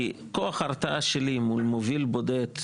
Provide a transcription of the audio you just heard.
כי כוח ההתרעה שלי מול מוביל בודד,